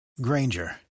Granger